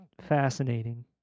fascinating